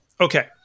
Okay